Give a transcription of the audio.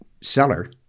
seller